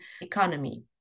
economy